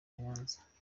nyanza